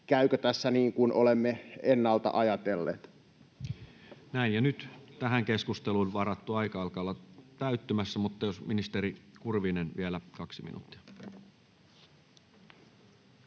käykö tässä niin kuin olemme ennalta ajatelleet. Näin. — Ja nyt tähän keskusteluun varattu aika alkaa olla täyttymässä, mutta jos ministeri Kurvinen vielä 2 minuuttia.